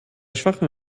schwachem